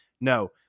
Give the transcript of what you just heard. no